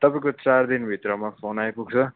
तपाईँको चार दिनभित्रमा फोन आइपुग्छ